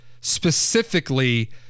specifically